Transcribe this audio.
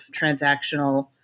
transactional